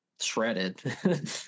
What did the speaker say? shredded